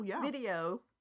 video